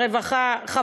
הרווחה והבריאות,